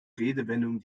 redewendungen